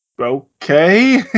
okay